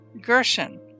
Gershon